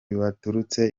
baturutse